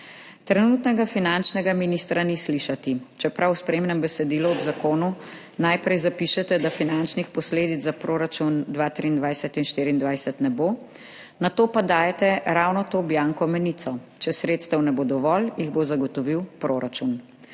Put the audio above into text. Trenutnega finančnega ministra ni slišati, čeprav v spremnem besedilu ob zakonu najprej zapišete, da finančnih posledic za proračun 2023 in 2024 ne bo, nato pa dajete ravno to bianco menico, če sredstev ne bo dovolj, jih bo zagotovil proračun.